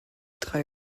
drei